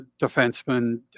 defenseman